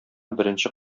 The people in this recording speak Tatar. беренче